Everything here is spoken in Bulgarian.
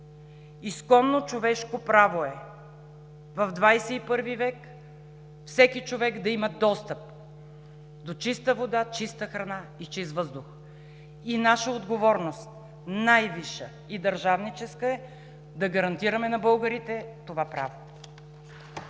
Изконно човешко право е в XXI век всеки човек да има достъп до чиста вода, чиста храна и чист въздух и наша отговорност – най-висша и държавническа, е да гарантираме на българите това право.